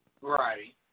right